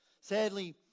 Sadly